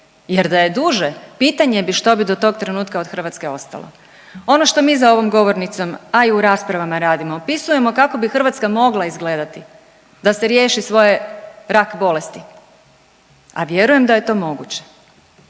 jer da je duže pitanje bi što bi do tog trenutka od Hrvatske ostalo. Ono što mi za ovom govornicom, a i u raspravama radimo, opisujemo kako bi Hrvatska mogla izgledati da se riješi svoje rak bolesti, a vjerujem da je to moguće,